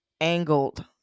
angled